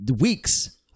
Weeks